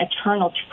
eternal